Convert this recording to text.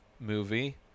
movie